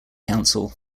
council